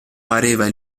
pareva